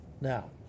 Now